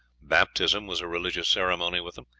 baptism was a religious ceremony with them,